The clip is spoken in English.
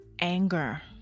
anger